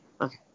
Okay